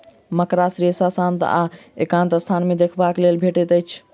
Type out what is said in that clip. मकड़ा रेशा शांत आ एकांत स्थान मे देखबाक लेल भेटैत अछि